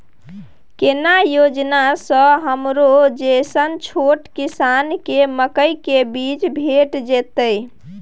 केना योजना स हमरो जैसन छोट किसान के मकई के बीज भेट जेतै?